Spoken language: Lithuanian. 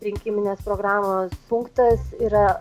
rinkiminės programos punktas yra